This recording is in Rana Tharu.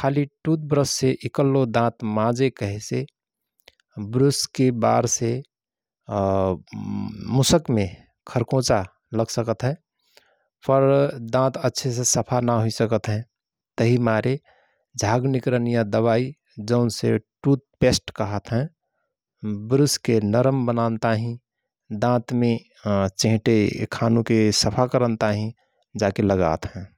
खाली टुथ ब्रससे इकल्लो दाँत माजे कहेसे ब्रुसके बारसे मुसकमे खरकोंचा लगसकतहय । पर दाँत अच्छेसे सफा नाहुइृसकत हय । तहि मारे झाग निकरनिया दवाई जौनसे टुथपेष्ट कहत हयं । बु्रसके नरम बनानताहिँ दाँतमे चेहटे खानुके सफा करनताहिँ जाके लगात है ।